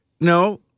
no